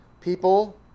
people